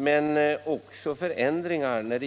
Men det rör sig också om förändringar